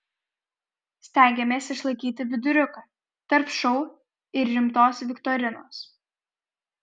stengėmės išlaikyti viduriuką tarp šou ir rimtos viktorinos